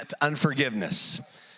unforgiveness